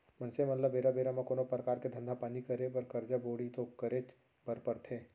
मनसे मन ल बेरा बेरा म कोनो परकार के धंधा पानी करे बर करजा बोड़ी तो करेच बर परथे